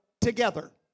together